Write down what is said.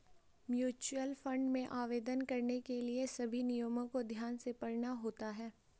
mutual fund में आवेदन करने के लिए सभी नियमों को ध्यान से पढ़ना होता है